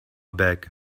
back